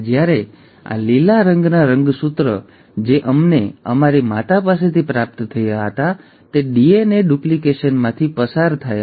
અને જ્યારે આ લીલા રંગના રંગસૂત્ર જે અમને અમારી માતા પાસેથી પ્રાપ્ત થયા હતા તે ડીએનએ ડુપ્લિકેશનમાંથી પસાર થયા